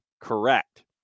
Correct